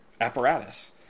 apparatus